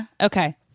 Okay